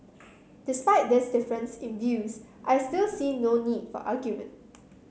despite this difference in views I still see no need for argument